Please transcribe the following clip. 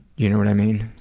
you know what i mean?